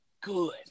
good